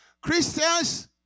Christians